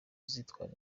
zitwara